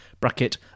Bracket